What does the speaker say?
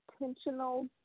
intentional